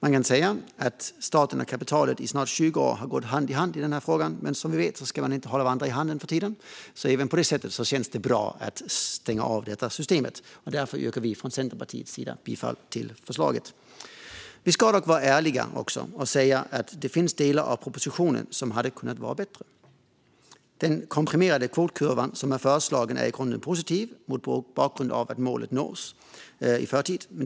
Man kan säga att staten och kapitalet i snart 20 år har gått hand i hand i den här frågan. Men som vi vet ska man inte hålla varandra i hand nuförtiden, så även på det sättet känns det bra att stänga detta system. Därför yrkar vi från Centerpartiets sida bifall till förslaget. Vi ska dock vara ärliga och säga att det finns delar av propositionen som hade kunnat vara bättre. Den komprimerade kvotkurvan som är föreslagen är i grunden positiv mot bakgrund av att målet nås i förtid.